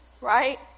right